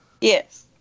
Yes